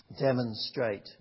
demonstrate